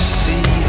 see